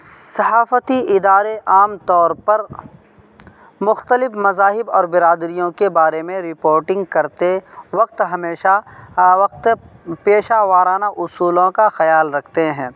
صحافتی ادارے عام طور پر مختلف مذاہب اور برادریوں کے بارے میں رپوٹنگ کرتے وقت ہمیشہ وقت پیشہ وارانہ اصولوں کا خیال رکھتے ہیں